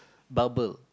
bubble